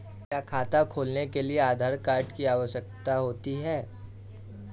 क्या खाता खोलने के लिए आधार कार्ड की आवश्यकता होती है?